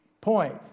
point